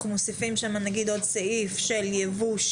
מוסיפים שם נגיד עוד סעיף של ייבוא,